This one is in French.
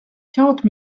quarante